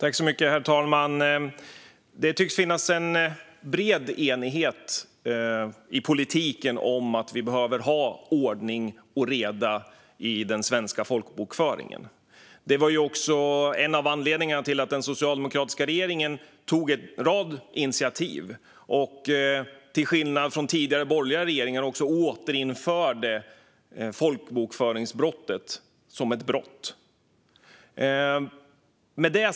Herr talman! Det tycks finnas en bred enighet i politiken om att vi behöver ha ordning och reda i den svenska folkbokföringen. Det var också en av anledningarna till att den socialdemokratiska regeringen tog en rad initiativ och, till skillnad från tidigare borgerliga regeringar, även återinförde folkbokföringsbrottet.